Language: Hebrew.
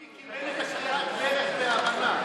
האם טיבי קיבל את כריעת הברך בהבנה?